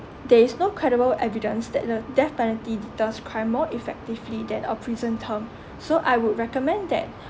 there is no credible evidence that the death penalty deters crime more effectively than a prison term so I would recommend that